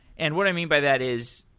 and what i mean by that is,